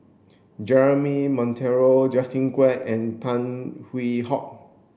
Jeremy Monteiro Justin Quek and Tan Hwee Hock